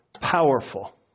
Powerful